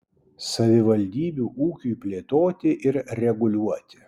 savivaldybių ūkiui plėtoti ir reguliuoti